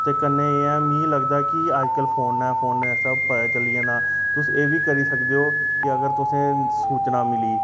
ते कन्नै एह् ऐ मी लगदा कि अज्जकल फौनै फोनै आस्तै पता चली जाना तुस एह् बी करी सकदे ओ केह् अगर तुसें सूचना मिली